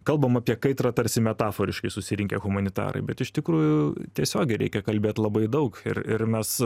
kalbam apie kaitrą tarsi metaforiškai susirinkę humanitarai bet iš tikrųjų tiesiogiai reikia kalbėt labai daug ir ir mes